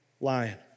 lion